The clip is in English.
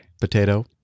Potato